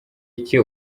iki